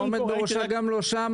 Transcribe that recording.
והעומד בראשה גם לא שם.